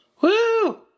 Woo